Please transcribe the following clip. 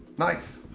nice,